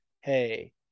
hey